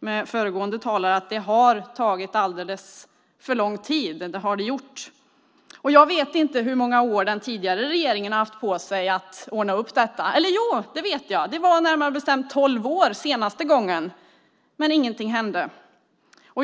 med föregående talare om att arbetet med denna fråga har tagit alldeles för lång tid. Jag vet inte hur många år som den tidigare regeringen har haft på sig för att ordna upp detta. Jo förresten, det vet jag. Det var närmare bestämt tolv år sedan som det senast var på gång, men ingenting hände.